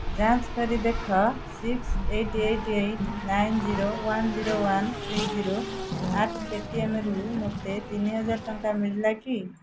ଯାଞ୍ଚ କରି ଦେଖ six eight eight eight nine zero one zero one three zero eight ପେଟିଏମ୍ରୁ ମୋତେ ତିନିହଜାର ଟଙ୍କା ମିଳିଲା କି